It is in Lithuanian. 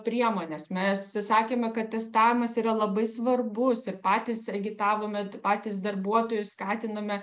priemones mes sakėme kad testavimas yra labai svarbus ir patys agytavome patys darbuotojus skatinome